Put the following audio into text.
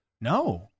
No